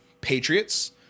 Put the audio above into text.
Patriots